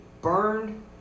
burned